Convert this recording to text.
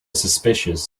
suspicious